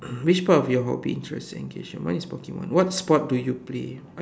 which part of your hobby interesting okay sure mine is Pokemon what sport do you play